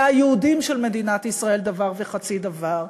היהודיים של מדינת ישראל דבר וחצי דבר,